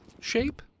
shape